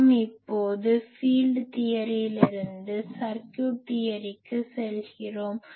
நாம் இப்போது ஃபீல்ட் தியரியிலிருந்து சர்க்யூட் தியரிக்கு செல்கிறோம்